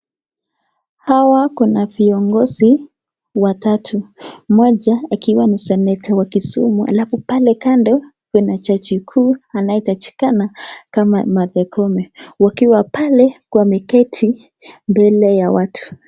Hawa kuna viongozi watatu moja akiwa seneta wa kisumu, alafu pale kando kuna jaji kuu anayetajikana Martha koome akiwa pale kwa wameketi mbele ya watu.